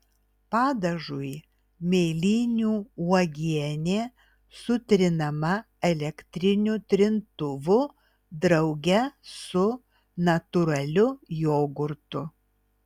padažui mėlynių uogienė sutrinama elektriniu trintuvu drauge su natūraliu jogurtu